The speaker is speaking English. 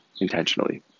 intentionally